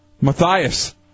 Matthias